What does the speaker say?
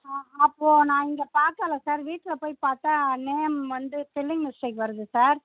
ஆ அப்போ நான் இங்கே பார்க்கல சார் வீட்டில் போய் பார்த்தா நேம் வந்து ஸ்பெல்லிங் மிஸ்டேக் வருது சார்